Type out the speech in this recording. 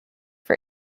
for